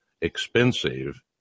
expensive